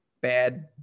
bad